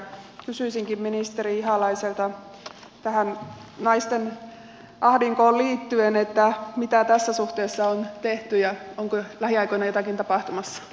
kysyisinkin ministeri ihalaiselta tähän naisten ahdinkoon liittyen mitä tässä suhteessa on tehty ja onko lähiaikoina jotakin tapahtumassa